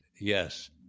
Yes